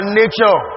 nature